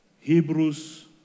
Hebrews